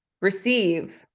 receive